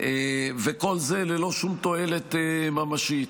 וכל זה ללא שום תועלת ממשית.